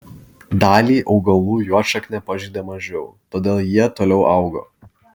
dalį augalų juodšaknė pažeidė mažiau todėl jie toliau augo